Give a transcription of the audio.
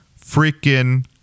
freaking